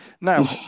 Now